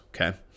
okay